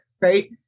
Right